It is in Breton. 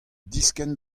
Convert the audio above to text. diskenn